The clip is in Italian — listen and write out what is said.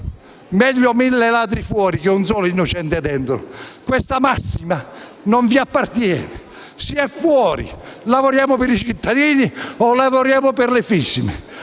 meglio mille ladri fuori che un solo innocente dentro. Questa massima non vi appartiene. Siamo fuori: lavoriamo per i cittadini o per le fisime?